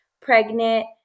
pregnant